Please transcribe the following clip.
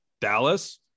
Dallas